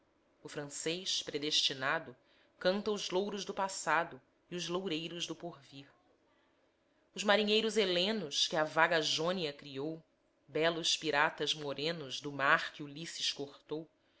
o francês predestinado canta os louros do passado e os loureiros do porvir os marinheiros helenos que a vaga jônia criou belos piratas morenos do mar que ulisses cortou